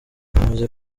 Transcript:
umaze